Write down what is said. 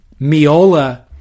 Miola